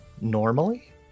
normally